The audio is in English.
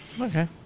okay